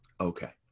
Okay